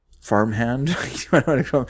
farmhand